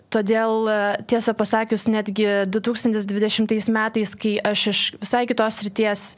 todėl tiesą pasakius netgi du tūkstantis dvidešimtais metais kai aš iš visai kitos srities